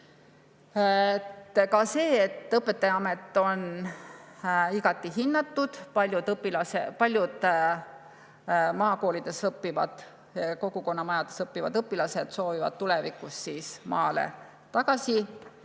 ka see, et õpetajaamet on igati hinnatud, et paljud maakoolides õppivad, kogukonnamajades õppivad õpilased soovivad tulevikus maale tagasi